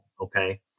okay